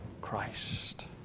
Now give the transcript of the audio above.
Christ